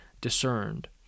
discerned